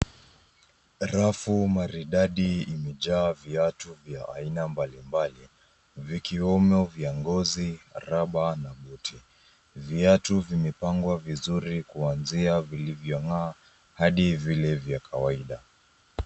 Rafu maridadi imejaa viatu vya aina mbalimbali vikiemo za ngozi raba na buti. Viatu vimepangwa vizuri kuanzia vilivyongaa hadi vile vya kawaida.